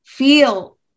feel